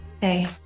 hey